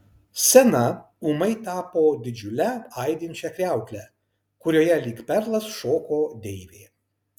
scena ūmai tapo didžiule aidinčia kriaukle kurioje lyg perlas šoko deivė